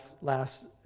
last